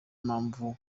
mpamvu